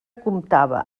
comptava